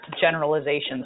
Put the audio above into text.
generalizations